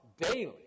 daily